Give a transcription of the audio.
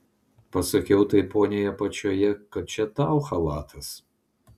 pasakiau tai poniai apačioje kad čia tau chalatas